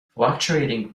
fluctuating